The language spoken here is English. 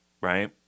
right